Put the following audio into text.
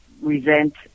resent